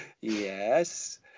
Yes